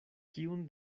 kiun